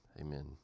amen